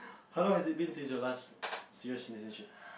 how long has it been since your last serious relationship